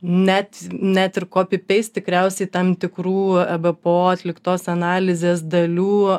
net net ir kopi peist tikriausiai tam tikrų ebpo atliktos analizės dalių